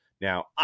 Now